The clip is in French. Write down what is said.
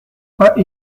pas